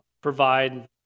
provide